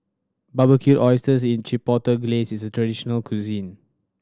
Barbecued Oysters in Chipotle Glaze is traditional cuisine